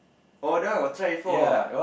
but that one I got try before